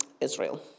Israel